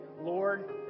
Lord